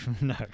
no